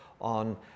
on